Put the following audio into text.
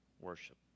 worship